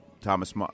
Thomas